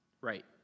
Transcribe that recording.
Right